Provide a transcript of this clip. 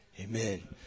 amen